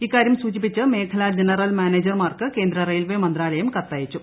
ഇക്കാരൃം സൂചിപ്പിച്ച് മേഖലാ ജനറൽ മാനേജർമാർക്ക് കേന്ദ്ര റെയിൽവെ മന്ത്രാലയം കത്തയച്ചു